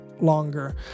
longer